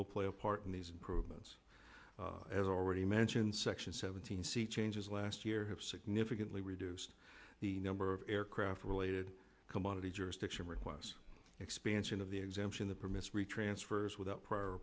will play a part in these improvements as i already mentioned section seventeen sea changes last year have significantly reduced the number of aircraft related commodity jurisdiction requests expansion of the exemption the permits re transfers without prior